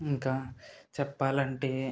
ఇంకా చెప్పాలంటే